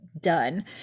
done